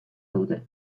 dute